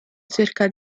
cerca